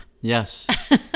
Yes